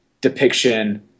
depiction